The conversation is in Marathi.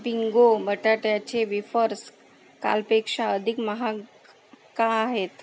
बिंगो बटाट्याचे वेफर्स कालपेक्षा अधिक महाग का आहेत